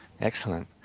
Excellent